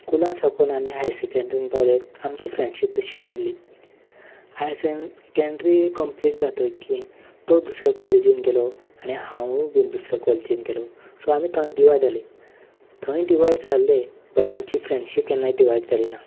स्कुला साकून आमी हायसॅकँड्रीन पावले आमची फ्रँडशिप तशीच उरली हायसॅकँड्री कंप्लीट जातकच तो दुसरे कॉलेजीन गेलो आनी हांवूय दुसऱ्या कॉलेजीन गेलो सो आमी थंय डिवायड जाले थंय डिवायड जाले बट आमची फ्रँडशिप केन्नाय डिवायड जाली ना